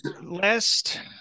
last